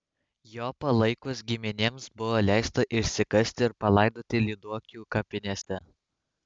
jo palaikus giminėms buvo leista išsikasti ir palaidoti lyduokių kapinėse